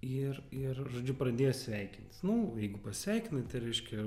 ir ir žodžiu pradėjo sveikintis nu jeigu pasveikinai tai reiškia